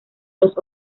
los